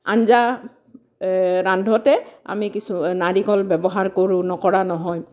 আঞ্জা ৰান্ধোতে আমি কিছু নাৰিকল ব্যৱহাৰ কৰো নকৰা নহয়